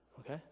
Okay